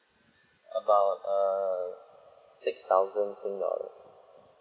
about err six thousand sing~ dollars